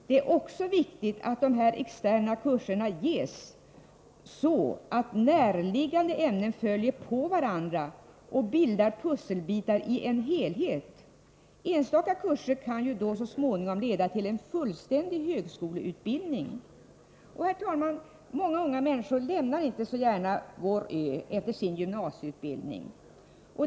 Det är också viktigt att dessa externa kurser ges så, att närliggande ämnen följer på varandra och bildar pusselbitar i en helhet. Enstaka kurser kan då så småningom leda till en fullständig högskoleutbildning. Herr talman! Många unga människor lämnar inte så gärna vår ö efter sin gymnasieutbildning.